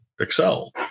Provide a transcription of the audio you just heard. Excel